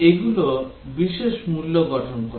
এগুলো বিশেষ মূল্য গঠন করে